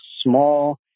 small